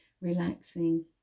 relaxing